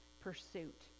pursuit